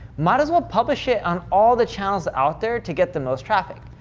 might as well publish it on all the channels out there to get the most traffic.